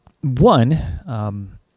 One